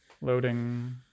Loading